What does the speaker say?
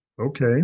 Okay